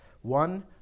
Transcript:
One